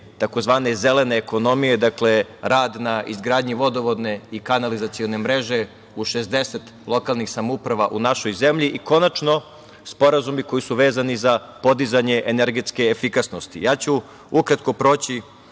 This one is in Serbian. tzv. zelene ekonomije, dakle rad na izgradnji vodovodne i kanalizacione mreže u 60 lokalnih samouprava u našoj zemlji i, konačno, sporazumi koji su vezani za podizanje energetske efikasnosti. Ukratko ću proći